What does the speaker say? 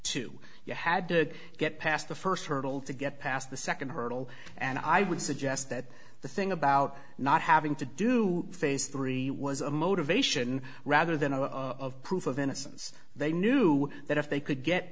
two you had to get past the first hurdle to get past the second hurdle and i would suggest that the thing about not having to do phase three was a motivation rather than a proof of innocence they knew that if they could get